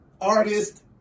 artist